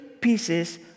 pieces